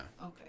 Okay